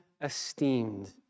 esteemed